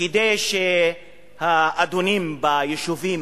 כדי שהאדונים ביישובים